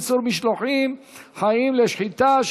איסור משלוחים חיים לשחיטה),